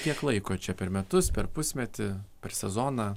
kiek laiko čia per metus per pusmetį per sezoną